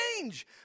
change